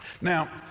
now